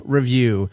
Review